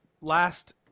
last